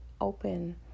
open